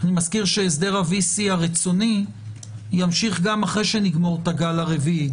אני מזכיר שהסדר ה-VC הרצוני ימשיך גם אחרי שנגמור את הגל הרביעי,